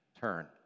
turn